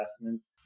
investments